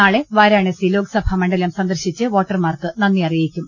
നാളെ വാരാണസി ലോക്സഭാ മണ്ഡലം സന്ദർശിച്ച് വോട്ടർമാർക്ക് നന്ദിയറിയിക്കും